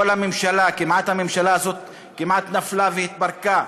כל הממשלה, הממשלה הזאת כמעט נפלה והתפרקה,